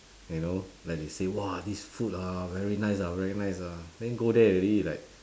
you know like they say !wah! this food ah very nice ah very nice ah then go there already like